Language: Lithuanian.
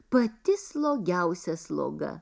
pati slogiausia sloga